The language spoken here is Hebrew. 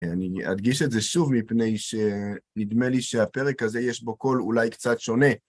אני אדגיש את זה שוב מפני שנדמה לי שהפרק הזה יש בו קול אולי קצת שונה.